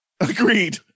agreed